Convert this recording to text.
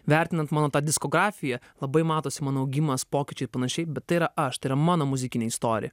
vertinant mano tą diskografiją labai matosi mano augimas pokyčiai ir panašiai bet tai yra aš tai yra mano muzikinė istorija